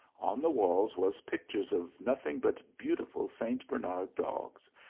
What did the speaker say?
on the walls was pictures of nothing but beautiful st. bernard dogs,